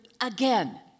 again